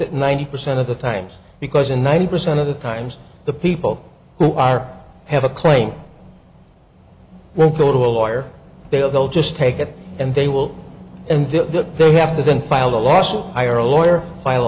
it ninety percent of the times because in ninety percent of the times the people who are have a claim now go to a lawyer they'll just take it and they will and the they have to then file a lawsuit i or a lawyer file a